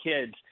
kids